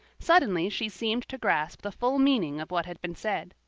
suddenly she seemed to grasp the full meaning of what had been said.